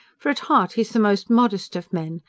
for at heart he's the most modest of men.